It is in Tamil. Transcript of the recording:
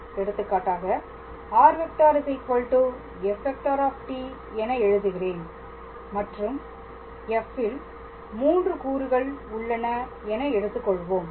எடுத்துக்காட்டாக r⃗ f ⃗ என எழுதுகிறேன் மற்றும் f ல் 3 கூறுகள் உள்ளன என எடுத்துக் கொள்வோம்